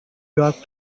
york